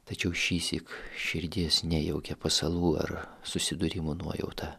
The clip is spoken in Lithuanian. tačiau šįsyk širdies nejaukią pasalų ar susidūrimo nuojauta